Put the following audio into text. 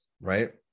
Right